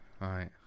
Right